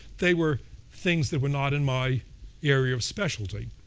they were things that were not in my area of specialty,